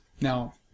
Now